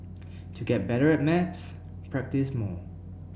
to get better at maths practise more